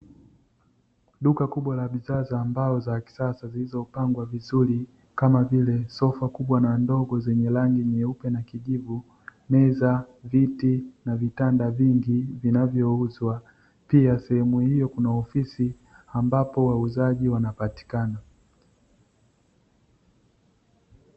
Duka kubwa la bidhaa za mbao za kisasa zilizopangwa vizuri, kama vile; sofa kubwa na ndogo zenye rangi nyeupe na kijivu, meza, viti na vitanda vingi, vinavyouzwa. Pia sehemu hiyo kuna ofisi ambapo wauzaji wanapatikana.